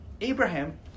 Abraham